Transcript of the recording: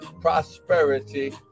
prosperity